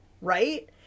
right